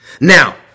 Now